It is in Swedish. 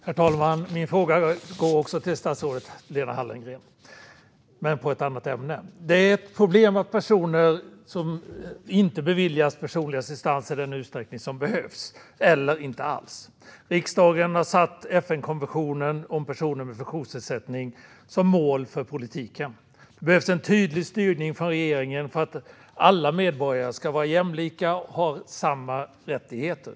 Herr talman! Min fråga går också till statsrådet Lena Hallengren, men den gäller ett annat ämne. Det är ett problem att personer inte beviljas personlig assistans i den utsträckning som behövs eller inte alls. Riksdagen har satt FN-konventionen om personer med funktionsnedsättning som mål för politiken. Det behövs en tydlig styrning från regeringen för att alla medborgare ska vara jämlika och ha samma rättigheter.